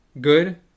Good